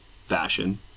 fashion